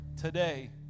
Today